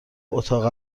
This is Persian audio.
اتاق